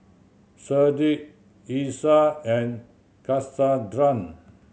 Sharde Isai and Cassondra